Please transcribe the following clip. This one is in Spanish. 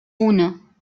uno